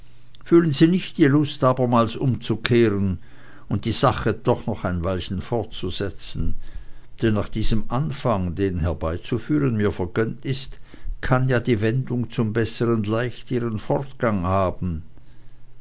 fahlen sie nicht die lust abermals umzukehren und die sache doch noch ein weilchen fortzusetzen denn nach diesem anfang den herbeizuführen mir vergönnt ist kann ja die wendung zum bessern leicht ihren fortgang haben